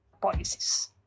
policies